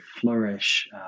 flourish